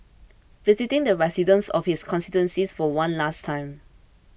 visiting the residents of his constituency for one last time